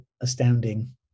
astounding